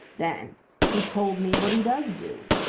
then he told me what he does do.